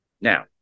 Now